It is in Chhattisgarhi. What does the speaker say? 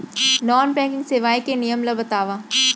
नॉन बैंकिंग सेवाएं के नियम ला बतावव?